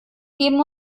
geben